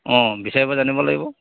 বিচাৰিব জানিব লাগিব